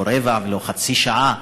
לא רבע שעה ולא חצי שעה.